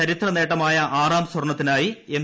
ചരിത്രനേട്ടമായ ആറാം സ്വർണ്ണത്തിനായി എം